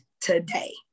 today